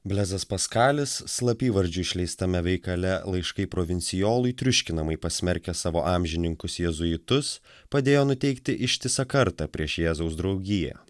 blezas paskalis slapyvardžiu išleistame veikale laiškai provincijolui triuškinamai pasmerkęs savo amžininkus jėzuitus padėjo nuteikti ištisą kartą prieš jėzaus draugiją